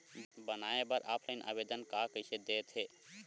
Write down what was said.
बनाये बर ऑफलाइन आवेदन का कइसे दे थे?